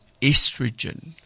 estrogen